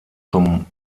zum